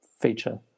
feature